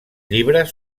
llibres